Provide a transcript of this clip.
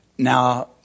Now